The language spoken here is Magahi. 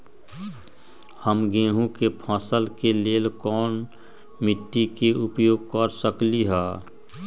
हम गेंहू के फसल के लेल कोन मिट्टी के उपयोग कर सकली ह?